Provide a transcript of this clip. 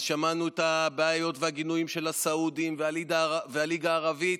אז שמענו את הבעיות והגינויים של הסעודים והליגה הערבית.